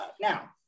Now